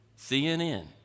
CNN